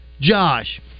Josh